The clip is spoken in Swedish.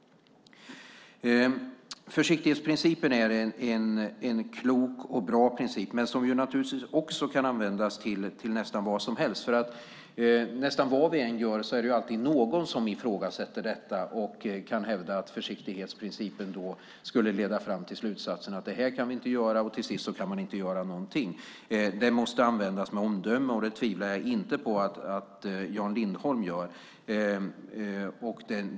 Försiktighetsprincipen är en klok och bra princip, men den kan naturligtvis också användas till nästan vad som helst. Nästan vad vi än gör är det alltid någon som ifrågasätter detta och kan hävda att försiktighetsprincipen skulle leda fram till slutsatsen att något inte kan göras. Till sist kan man inte göra någonting. Den måste användas med omdöme, och det tvivlar jag inte på att Jan Lindholm gör.